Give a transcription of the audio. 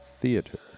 theater